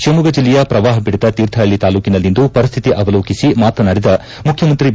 ಶಿವಮೊಗ್ಗ ಜಿಲ್ಲೆಯ ಪ್ರವಾಹ ಪೀಡಿತ ತೀರ್ಥಹಳ್ಳ ತಾಲ್ಲೂಕಿನಲ್ಲಿಂದು ಪರಿಸ್ತಿತಿ ಅವಲೋಕಿಸಿ ಮಾತನಾಡಿದ ಮುಖ್ಯಮಂತ್ರಿ ಬಿ